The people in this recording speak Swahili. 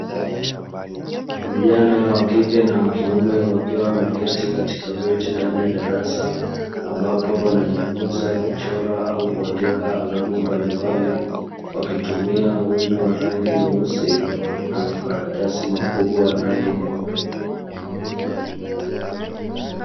Vijana wakike na wakiume wakiwa wameketi katika viti ndani ya darasa, ambapo wanajifunza kuchora au kuandika alama mbalimbali, wakitumia wino wa rangi nyeusi na makaratasi makubwa ya rangi nyeupe.